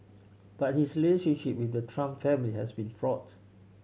but his relationship with the Trump family has been fraught